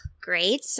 great